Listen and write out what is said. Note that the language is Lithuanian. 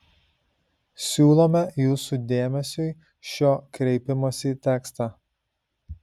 siūlome jūsų dėmesiui šio kreipimosi tekstą